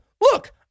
look